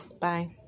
Bye